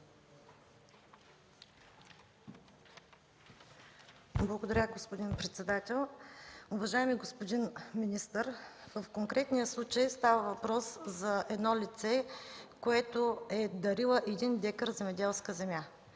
Благодаря Ви, господин председател. Уважаеми господин министър, в конкретния случай става въпрос за лице, дарило един декар земеделска земя,